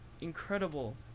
incredible